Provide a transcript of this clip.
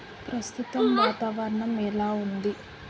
ప్రస్తుతం వాతావరణం ఎలా ఉంది